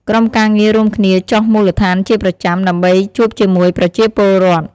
ក្រុមការងាររួមគ្នាចុះមូលដ្ឋានជាប្រចាំ ដើម្បីជួបជាមួយប្រជាពលរដ្ឋ។